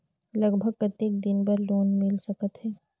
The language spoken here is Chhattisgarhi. लगभग कतेक दिन बार लोन मिल सकत हे?